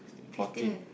fourteen